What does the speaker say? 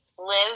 live